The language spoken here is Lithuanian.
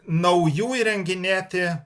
naujų įrenginėti